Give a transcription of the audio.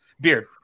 beard